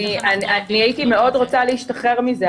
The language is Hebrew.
אני מאוד הייתי רוצה להשתחרר מזה,